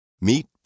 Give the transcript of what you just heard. Meet